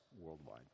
worldwide